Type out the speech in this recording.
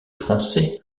français